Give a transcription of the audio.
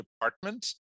department